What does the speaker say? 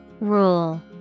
Rule